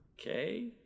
Okay